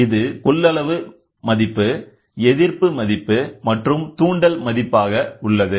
இது கொள்ளளவு மதிப்பு எதிர்ப்பு மதிப்பு மற்றும் தூண்டல் மதிப்பாக உள்ளது